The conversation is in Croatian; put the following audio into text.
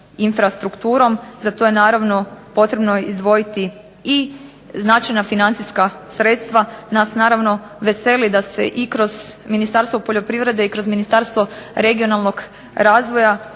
infrastrukturom. Za to je naravno potrebno izdvojiti i značajna financijska sredstva. Nas naravno veseli da se i kroz Ministarstvo poljoprivrede i kroz Ministarstvo regionalnog razvoja